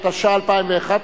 התשע"א 2011,